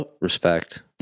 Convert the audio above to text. Respect